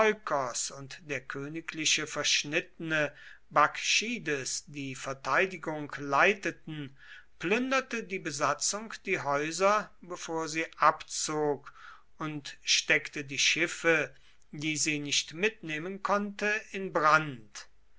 und der königliche verschnittene bakchides die verteidigung leiteten plünderte die besatzung die häuser bevor sie abzog und steckte die schiffe die sie nicht mitnehmen konnte in brand